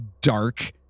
dark